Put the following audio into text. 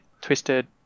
Twisted